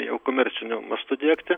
jau komerciniu mastu diegti